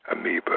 amoeba